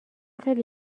خیلی